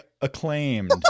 acclaimed